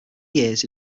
years